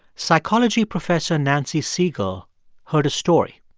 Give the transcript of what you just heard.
psychology professor nancy segal heard a story.